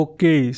Okay